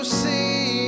see